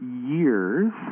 years